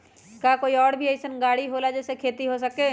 का कोई और भी अइसन और गाड़ी होला जे से खेती हो सके?